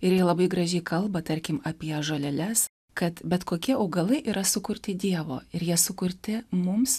ir ji labai gražiai kalba tarkim apie žoleles kad bet kokie augalai yra sukurti dievo ir jie sukurti mums